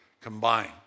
combined